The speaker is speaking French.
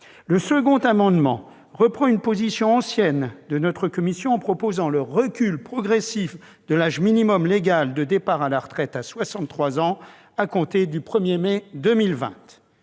Le second amendement reprend une position ancienne de notre commission, en prévoyant le recul progressif de l'âge minimum légal de départ à la retraite à soixante-trois ans à compter du 1 mai 2020.